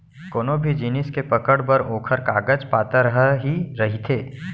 कोनो भी जिनिस के पकड़ बर ओखर कागज पातर ह ही रहिथे